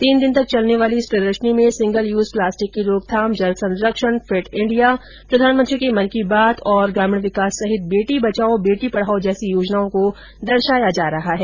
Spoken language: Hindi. तोन दिन तक चलने वाले इस प्रदर्शनी में सिंगल यूज प्लास्टिक की रोकथाम जल संरक्षण फिट इण्डिया प्रधानमंत्री के मन की बात और ग्रामीण विकास सहित बेटी बचाओ बेटी पढ़ाओं जैसी योजनाओं को दर्शाया जा रहा है